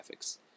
graphics